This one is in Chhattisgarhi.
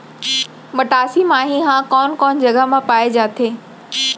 मटासी माटी हा कोन कोन जगह मा पाये जाथे?